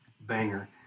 banger